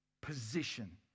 position